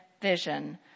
vision